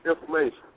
information